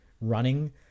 running